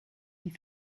die